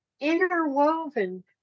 interwoven